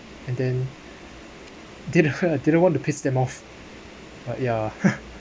and then didn't didn't want to piss them off but ya